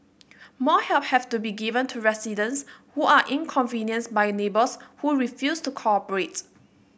more help have to be given to residents who are inconvenienced by neighbours who refuse to cooperate